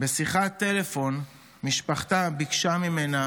בשיחת טלפון משפחתה ביקשה ממנה